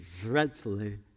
dreadfully